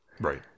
right